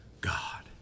God